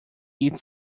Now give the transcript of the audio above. eat